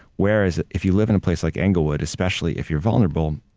whereas if you live in a place like englewood, especially if you're vulnerable,